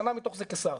שנה מתוך זה כשר.